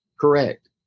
correct